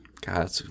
God